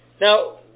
Now